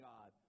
God